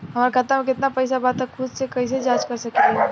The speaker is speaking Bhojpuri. हमार खाता में केतना पइसा बा त खुद से कइसे जाँच कर सकी ले?